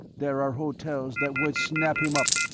there are hotels that would snap him up.